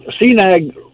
CNAG